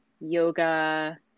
yoga